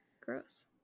gross